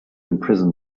imprison